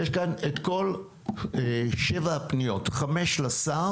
יש כאן את כל שבע הפניות, חמש לשר